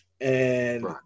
and-